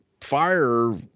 fire